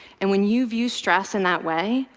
and when you view stress in that way,